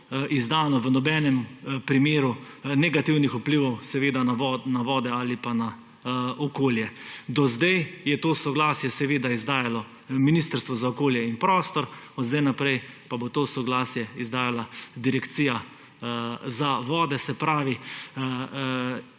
izdano v nobenem primeru negativnih vplivov seveda na vode ali pa na okolje. Do zdaj je to soglasje izdajalo Ministrstvo za okolje in prostor, od zdaj naprej pa bo to soglasje izdajala Direkcija za vode; se pravi,